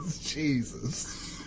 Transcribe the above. Jesus